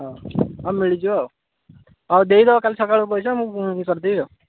ହଁ ହଉ ମିଳିଯିବ ଆଉ ହଉ ଦେଇ ଦେବ କାଲି ସକାଳୁ ପଇସା ମୁଁ ଇଏ କରିଦେବି ଆଉ